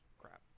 crap